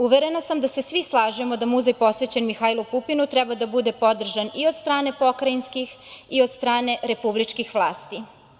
Uverena sam da se svi slažemo da muzej posvećen Mihajlu Pupinu treba da bude podržan i od strane pokrajinskih i od strane republičkih vlasti.